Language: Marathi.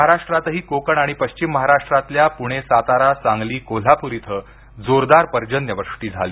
महाराष्ट्रातही कोकण आणि पश्चिम महाराष्ट्रात पुणे सातारा सांगली कोल्हापूर इथ जोरदार पर्जन्यवृष्टी झाली